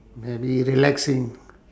maybe relaxing